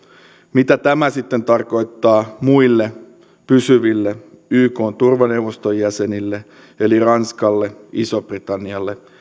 mitä tämä sitten tarkoittaa muille pysyville ykn turvaneuvoston jäsenille eli ranskalle isolle britannialle